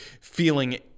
feeling